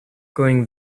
going